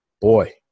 Boy